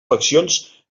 faccions